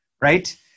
right